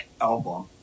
album